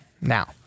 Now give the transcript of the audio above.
now